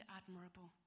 admirable